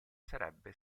sarebbe